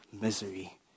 misery